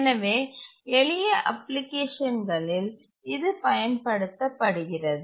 எனவே எளிய அப்ளிகேஷன் களில் இது பயன்படுத்தப்படுகிறது